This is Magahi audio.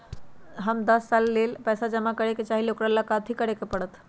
हम दस साल के लेल पैसा जमा करे के चाहईले, ओकरा ला कथि करे के परत?